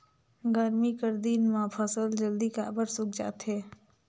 गरमी कर दिन म फसल जल्दी काबर सूख जाथे?